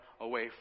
away